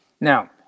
Now